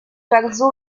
oiseau